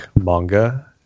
manga